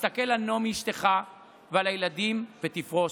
תסתכל על נעמי אשתך ועל הילדים, ותפרוש.